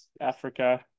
Africa